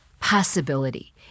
possibility